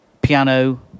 piano